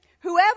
whoever